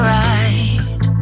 right